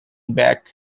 back